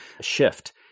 shift